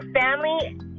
family